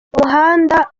umuhanda